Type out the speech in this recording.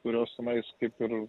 kurios tenais kaip ir